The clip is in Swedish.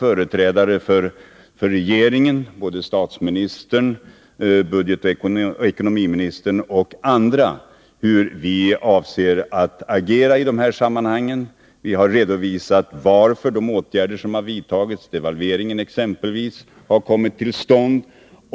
Företrädare för regeringen — både statsministern, budgetoch ekonomiministern och andra — har redovisat hur vi avser att agera i detta sammanhang. Vi har redovisat varför de åtgärder som har vidtagits, exempelvis devalveringen, har kommit till stånd.